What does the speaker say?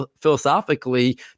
philosophically